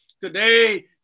Today